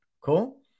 Cool